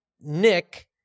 Nick